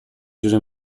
جوری